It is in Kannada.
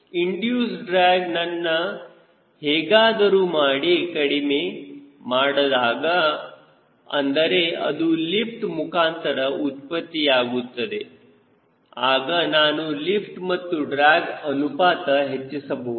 ಇಂಡಿಯೂಸ್ ಡ್ರ್ಯಾಗ್ ನನ್ನ ಹೇಗಾದರೂ ಮಾಡಿ ಕಡಿಮೆ ಮಾಡಿದಾಗ ಅಂದರೆ ಅದು ಲಿಫ್ಟ್ ಮುಖಾಂತರ ಉತ್ಪತ್ತಿಯಾಗುತ್ತದೆ ಆಗ ನಾನು ಲಿಫ್ಟ್ ಮತ್ತು ಡ್ರ್ಯಾಗ್ ಅನುಪಾತ ಹೆಚ್ಚಿಸಬಹುದು